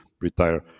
retire